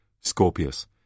Scorpius